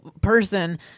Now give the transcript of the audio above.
person